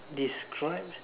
describe